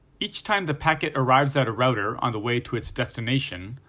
each time the packet arrives at a router on the way to its destination,